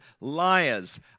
liars